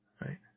Right